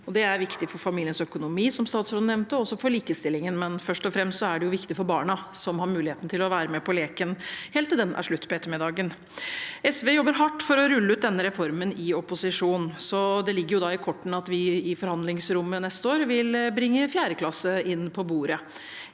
nevnte, og også for likestillingen, men først og fremst er det viktig for barna, som får muligheten til å være med på leken helt til den er slutt på ettermiddagen. SV jobber hardt for å rulle ut denne reformen i opposisjon. Det ligger da i kortene at vi i forhandlingsrommet neste år vil bringe fjerdeklasse inn på bordet.